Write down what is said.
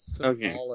Okay